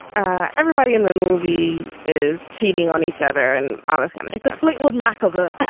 ah everybody in the movie is cheating on each other. and ah this kind of is to fleetwood makeover. i